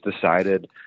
decided